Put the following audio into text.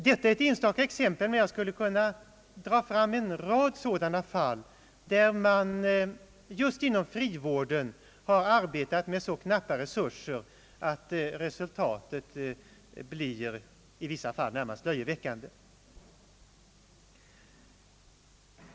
Detta är ett enstaka exempel, men jag skulle kunna dra fram en rad sådana fall, där man just inom frivården har arbetat med så knappa resurser att resultatet i vissa fall blir närmast löjeväckande.